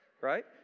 right